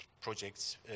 projects